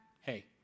hey